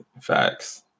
Facts